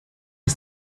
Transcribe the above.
was